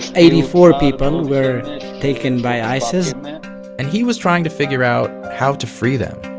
eighty-four people were taken by isis and he was trying to figure out how to free them.